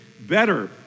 better